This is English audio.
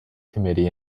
committee